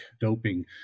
doping